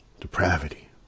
depravity